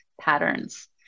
patterns